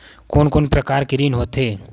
कोन कोन प्रकार के ऋण होथे?